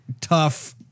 tough